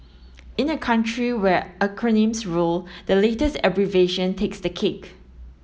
in a country where acronyms rule the latest abbreviation takes the cake